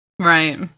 right